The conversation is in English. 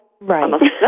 Right